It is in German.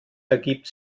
ergibt